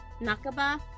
Nakaba